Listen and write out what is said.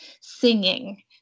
singing